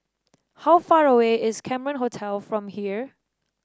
how far away is Cameron Hotel from here